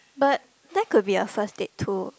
but that could be your first date too but